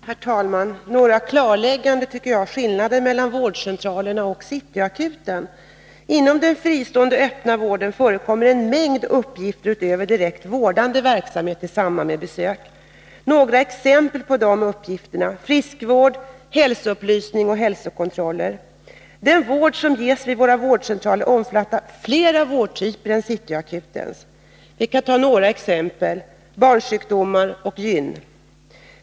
Herr talman! Några klarlägganden när det gäller skillnaden mellan vårdcentralerna och City Akuten. Inom den fristående öppna vården förekommer en mängd uppgifter utöver direkt vårdande verksamhet i samband med patientbesök. Några exempel på dessa uppgifter: friskvård, hälsoupplysning och hälsokontroller. Den vård som ges vid våra vårdcentraler omfattar fler vårdtyper än City Akutens. Vi kan ta några exempel: barnsjukdomar och gynekologi.